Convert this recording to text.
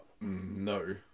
No